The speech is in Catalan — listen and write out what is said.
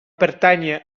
pertànyer